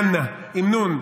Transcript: עם נ'.